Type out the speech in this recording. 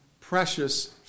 precious